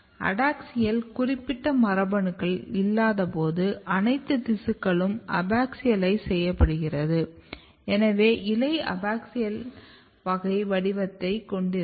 adaxial குறிப்பிட்ட மரபணுக்கள் இல்லாதபோது அனைத்து திசுக்களும் அபாக்சியலைஸ் செய்யப்படுகின்றன எனவே இலை அபாக்ஸியல் வகை வடிவத்தைக் கொண்டிருக்கும்